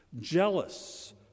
Jealous